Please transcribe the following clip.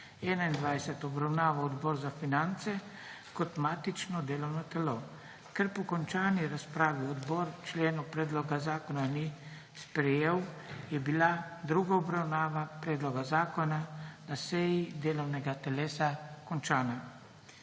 2021 obravnaval Odbor za finance kot matično delovno telo. Ker po končani razpravi odbor členov predloga zakona ni sprejel, je bila druga obravnava predloga zakona na seji delovnega telesa končana.